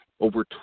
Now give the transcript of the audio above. over